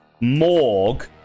morgue